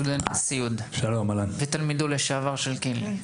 סטודנט לסיעוד ותלמידו לשעבר של קינלי.